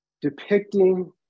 depicting